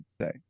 say